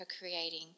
creating